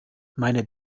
meine